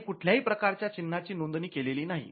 त्यांनी कुठल्याही प्रकारच्या चिन्हा ची नोंदणी केलेली नाही